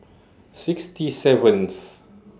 sixty seventh